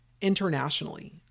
internationally